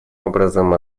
образом